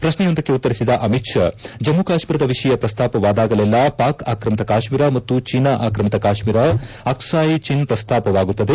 ಶ್ರಕ್ನೆಯೊಂದಕ್ಕೆ ಉತ್ತರಿಸಿದ ಅಮಿತ್ ಷಾ ಜಮ್ಮ ಕಾಶ್ನೀರದ ವಿಷಯ ಪ್ರಸ್ತಾಪವಾದಾಗಲೆಲ್ಲ ಪಾಕ್ ಆಕ್ರಮಿತ ಕಾಶ್ೀರ ಮತ್ತು ಚೀನಾ ಆಕ್ರಮಿತ ಕಾಶ್ೀರ ಅಕ್ಸಾಯಿ ಚಿನ್ ಪ್ರಸ್ತಾಪವಾಗುತ್ತದೆ